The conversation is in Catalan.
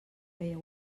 feia